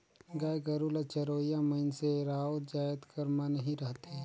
गाय गरू ल चरोइया मइनसे राउत जाएत कर मन ही रहथें